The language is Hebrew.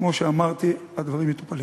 כמו שאמרתי, הדברים מטופלים.